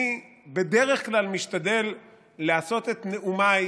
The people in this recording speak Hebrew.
אני בדרך כלל משתדל לעשות את נאומיי